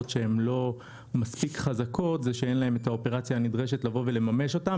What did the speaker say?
שהן לא מספיק חזקות זה שאין להן את האופרציה הנדרשת לממש אותם.